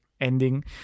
ending